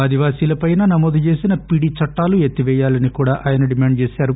ఆదివాసీలపై నమోదుచేసిన పీడీ చట్లాలను ఎత్తిపేయాలని కూడా ఆయన డిమాండ్ చేశారు